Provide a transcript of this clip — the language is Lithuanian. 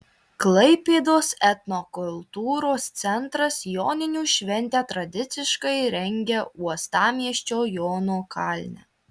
klaipėdos etnokultūros centras joninių šventę tradiciškai rengia uostamiesčio jono kalne